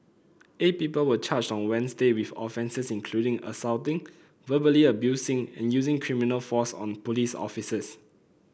eight people were charged on Wednesday with offences including assaulting verbally abusing and using criminal force on police officers